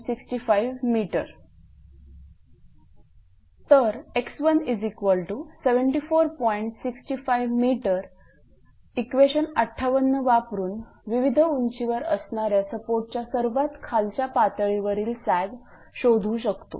65 m equation 58 वापरून विविध उंचीवर असणाऱ्या सपोर्टच्या सर्वात खालच्या पातळीवरील सॅग शोधू शकतो